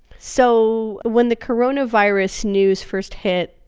so when the coronavirus news first hit,